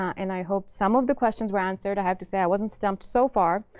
and i hope some of the questions were answered. i have to say i wasn't stumped so far.